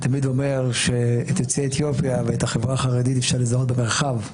אני תמיד אומר שאת יוצאי אתיופיה ואת החברה החרדית אפשר לזהות במרחב,